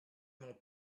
mon